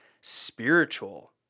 spiritual